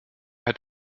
hat